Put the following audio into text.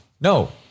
No